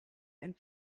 and